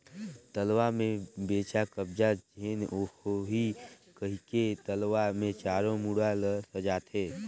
तलवा में बेजा कब्जा झेन होहि कहिके तलवा मे चारों मुड़ा ल सजाथें